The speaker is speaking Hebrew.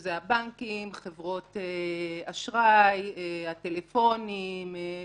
שזה הבנקים, חברות אשראי, הטלפונים וכו'